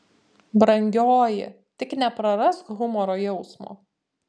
brangioji tik neprarask humoro jausmo